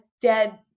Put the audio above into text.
dead